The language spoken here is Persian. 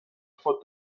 خود